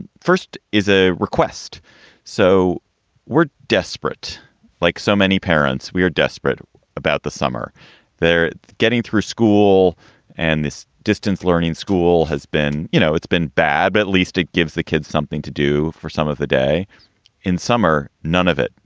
first is a request so we're desperate like so many parents, we are desperate about the summer they're getting through school and this distance learning school has been you know, it's been bad, at least it gives the kids something to do for some of the day in summer. none of it.